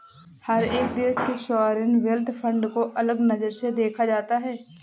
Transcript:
हर एक देश के सॉवरेन वेल्थ फंड को अलग नजर से देखा जाता है